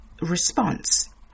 response